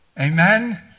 Amen